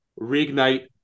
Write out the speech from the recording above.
reignite